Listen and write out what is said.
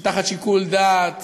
שתחת שיקול דעת